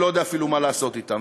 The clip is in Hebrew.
אני לא יודע אפילו מה לעשות אתם.